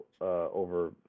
over